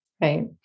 Right